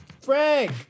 Frank